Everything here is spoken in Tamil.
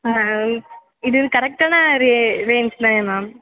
ஆ இது கரெக்ட்டான ரேஞ்ச் தான் மேம்